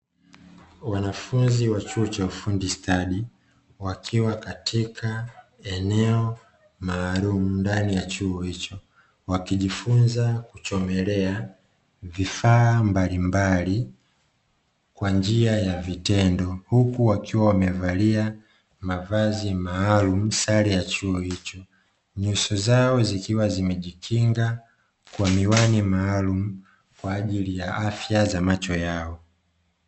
Wanafunzi wa chuo cha ufundi stadi, wakiwa katika eneo maalumu ndani ya chuo hicho wakijifunza kuchomelea vifaa mbalimbali kwa njia ya vitendo, huku wakiwa wamevalia mavazi maalum sare ya chuo hicho nyuso zao zikiwa zimejikinga kwa miwani maalum kwa ajili ya afya za macho yao.